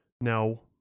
Now